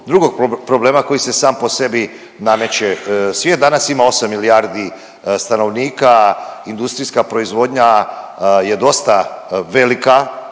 drugog problema koji se sa sam po sebi nameće. Svijet danas ima 8 milijardi stanovnika, industrijska proizvodnja je dosta velika,